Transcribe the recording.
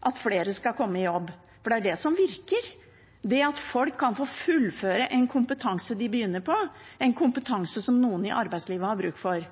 at flere skal komme i jobb. For det er det som virker – det at folk kan få fullføre en kompetanse de har begynt på, en kompetanse som noen i arbeidslivet har bruk for,